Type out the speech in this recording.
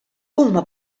huma